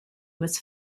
was